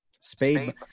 spade